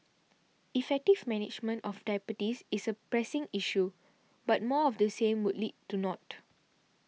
effective management of diabetes is a pressing issue but more of the same would lead to naught